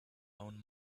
own